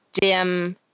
dim